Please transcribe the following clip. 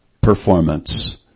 performance